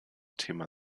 thema